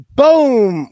boom